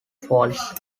falls